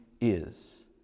is